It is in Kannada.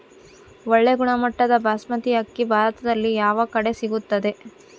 ಒಳ್ಳೆ ಗುಣಮಟ್ಟದ ಬಾಸ್ಮತಿ ಅಕ್ಕಿ ಭಾರತದಲ್ಲಿ ಯಾವ ಕಡೆ ಸಿಗುತ್ತದೆ?